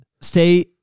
Stay